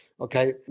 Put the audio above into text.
okay